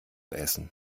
essen